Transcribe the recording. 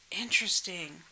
Interesting